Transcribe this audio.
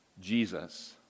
Jesus